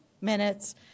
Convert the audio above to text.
minutes